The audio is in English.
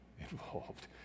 involved